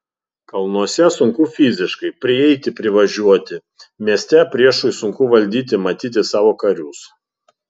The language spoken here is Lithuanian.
kalnuose sunku fiziškai prieiti privažiuoti mieste priešui sunku valdyti matyti savo karius